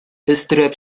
өстерәп